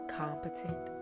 competent